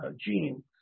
gene